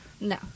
no